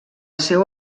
seu